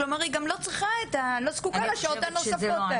כלומר היא גם לא זקוקה לשעות הנוספות האלה.